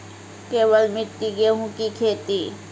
केवल मिट्टी गेहूँ की खेती?